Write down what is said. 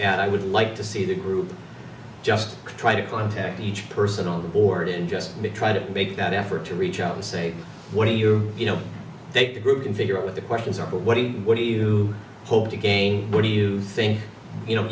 add i would like to see the group just try to contact each person on the board in just to try to make that effort to reach out and say what do you you know take the group can figure out what the questions are what do you what do you hope to gain what do you think you know